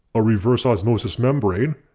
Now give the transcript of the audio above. a reverse osmosis membrane,